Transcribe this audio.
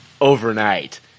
overnight